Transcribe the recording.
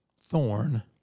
thorn